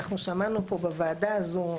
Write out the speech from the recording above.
אנחנו שמענו פה בוועדה הזו,